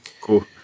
Cool